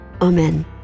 amen